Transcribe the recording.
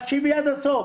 תקשיבי עד הסוף.